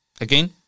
again